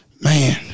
Man